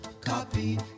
Copy